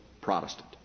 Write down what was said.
Protestant